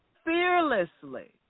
Fearlessly